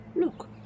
Look